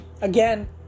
again